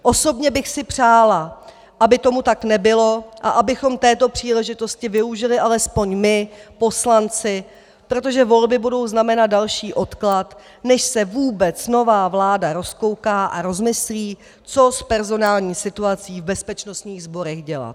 Osobně bych si přála, aby tomu tak nebylo a abychom této příležitosti využili alespoň my poslanci, protože volby budou znamenat další odklad, než se vůbec nová vláda rozkouká a rozmyslí, co s personální situací v bezpečnostních sborech dělat.